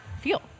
feel